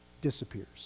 disappears